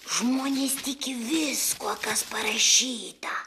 žmonės tiki viskuo kas parašyta